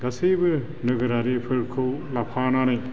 गासैबो नोगोरारिफोरखौ लाफानानै